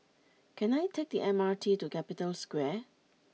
can I take the M R T to Capital Square